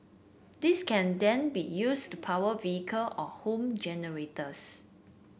this can then be used to power vehicle or home generators